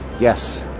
yes